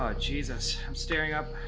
ah jesus. i'm staring up